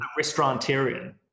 Restaurantarian